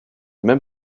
même